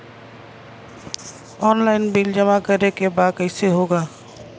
Online bill जमा करे के बा कईसे होगा?